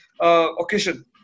occasion